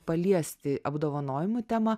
paliesti apdovanojimų temą